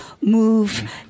move